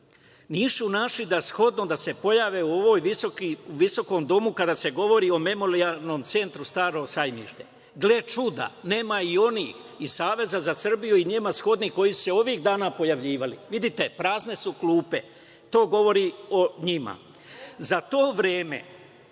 Nisu našli za shodno da se pojave u ovom visokom domu, kada se govori o Memorijalnom centru „Staro Sajmište“. Gle čuda, nema i onih iz Saveza za Srbiju i njima shodnih koji su se ovih dana pojavljivali, vidite prazne su klupe, to govori o njima.Za to vreme